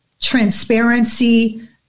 transparency